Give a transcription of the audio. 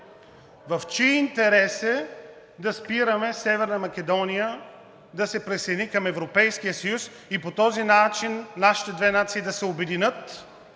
В чий интерес е да спираме Северна Македония да се присъедини към Европейския съюз и по този начин нашите две нации да се обединят,